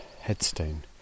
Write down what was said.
headstone